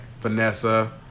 Vanessa